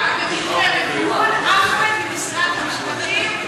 אחמד ממשרד המשפטים,